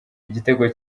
igitego